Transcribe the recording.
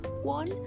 one